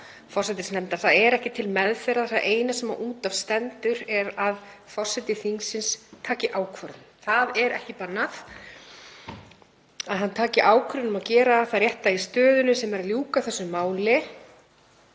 Það er ekki til meðferðar. Það eina sem út af stendur er að forseti þingsins taki ákvörðun. Það er ekki bannað. Hann taki ákvörðun um að gera það rétta í stöðunni sem er að ljúka þessu máli